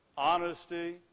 honesty